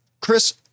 Chris